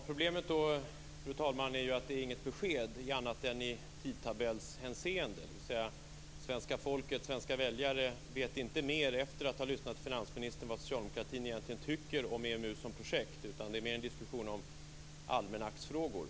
Fru talman! Problemet är att det här bara är ett besked i tidtabellshänseende. Svenska folket/svenska väljare vet inte efter att ha lyssnat på finansministern mer om vad Socialdemokraterna egentligen tycker om EMU som projekt. I stället är det mer en diskussion om almanacksfrågor.